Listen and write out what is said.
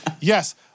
Yes